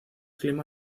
clima